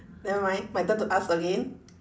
nevermind my turn to ask again